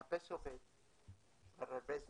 מחפש עובד כבר הרבה זמן.